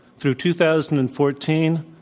through two thousand and fourteen,